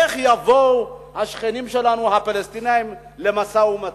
איך יבואו השכנים שלנו הפלסטינים למשא-ומתן?